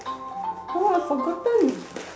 forgotten